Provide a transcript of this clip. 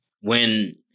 when-